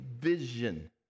vision